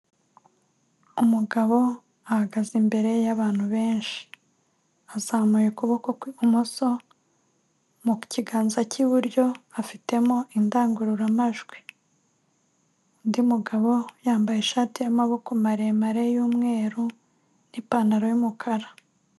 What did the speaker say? Umugabo ahagaze imbere y'abantu benshi azamuye ukuboko kw'ibumoso mu kiganza cy'iburyo afitemo indangururamajwi, undi mugabo yambaye ishati y'amaboko maremare yu'mweru n'ipantaro y'umukara.